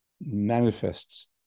manifests